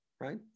right